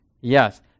yes